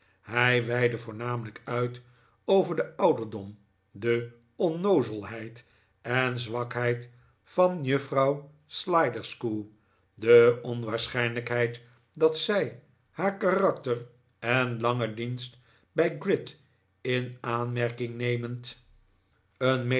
hij weidde voornamelijk uit over den ouderdom de onnoozelheid en zwakheid van juffrouw sliderskew de onwaarschijnlijkheid dat zij haar karakter eh langen dienst bij gride in aanmerking nemend een